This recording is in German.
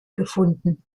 gefunden